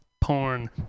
Porn